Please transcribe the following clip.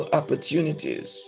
opportunities